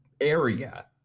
area